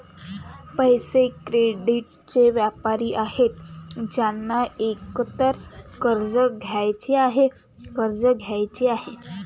पैसे, क्रेडिटचे व्यापारी आहेत ज्यांना एकतर कर्ज घ्यायचे आहे, कर्ज द्यायचे आहे